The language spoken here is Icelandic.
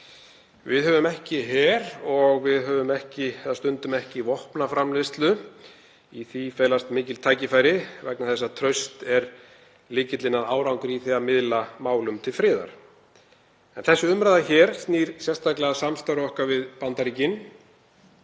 Við höfum ekki her og við stundum ekki vopnaframleiðslu. Í því felast mikil tækifæri vegna þess að traust er lykillinn að árangri í því að miðla málum til friðar. En þessi umræða hér snýr sérstaklega að samstarfi okkar við Bandaríkin.